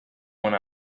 one